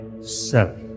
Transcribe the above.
Self